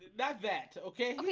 not that okay,